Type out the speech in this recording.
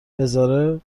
بذاره